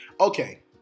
okay